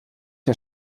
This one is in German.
der